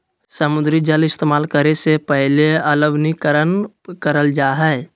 समुद्री जल इस्तेमाल करे से पहले अलवणीकरण करल जा हय